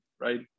right